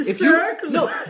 No